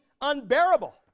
unbearable